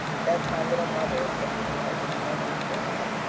that's my little mother, said paul with loving pride.